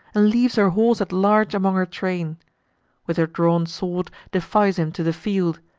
and leaves her horse at large among her train with her drawn sword defies him to the field,